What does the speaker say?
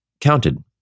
counted